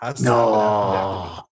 No